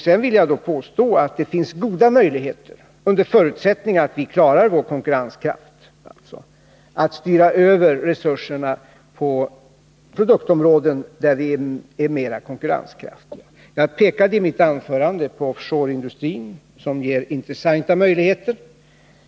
Jag vill också påstå att det finns goda möjligheter — naturligtvis under förutsättning att vi klarar vår konkurrenskraft — att styra över resurserna på produktområden där vi är mera konkurrenskraftiga. Jag pekade i mitt anförande på offshore-industrin, som ger intressanta möjligheter.